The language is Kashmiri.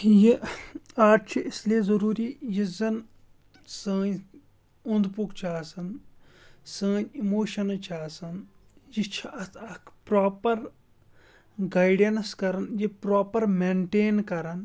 یہِ آٹ چھِ اِسلیے ضٔروٗری یُس زَن سٲنۍ اوٚنٛد پوٚک چھُ آسان سٲنۍ اِموشَنٕز چھِ آسان یہِ چھِ اَتھ اَکھ پرٛاپَر گایڈٮ۪نٕس کَران یہِ پرٛاپَر مٮ۪نٹین کَران